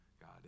God